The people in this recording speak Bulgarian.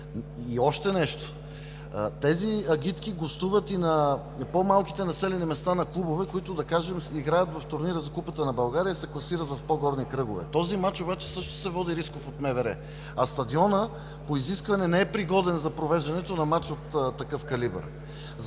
И още нещо – тези агитки гостуват и в по-малките населени места с клубове, които, да кажем, играят в турнира за Купата на България и се класират в по-горни кръгове. Този мач обаче също се води рисков от МВР, а стадионът по изискване не е пригоден за провеждането на мач от такъв калибър.